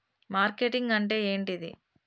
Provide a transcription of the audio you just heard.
Marketing అంటే ఏంటిది?